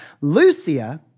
Lucia